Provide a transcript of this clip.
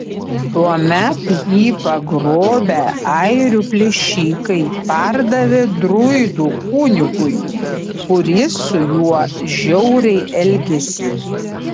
tuomet jį pagrobę airių plėšikai pardavė druidų kunigui kuris su juo žiauriai elgėsi